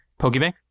PokeBank